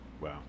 Wow